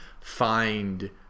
find